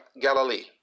Galilee